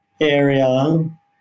area